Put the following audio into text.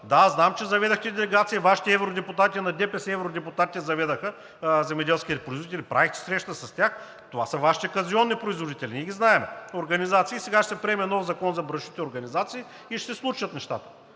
Да, знам, че заведохте делегации. Вашите евродепутати – евродепутатите на ДПС заведоха земеделските производители, правиха срещи с тях. Това са Вашите казионни производители, ние ги знаем, организации. Сега ще се приеме нов закон за браншовите организации и ще се случат нещата.